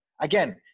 Again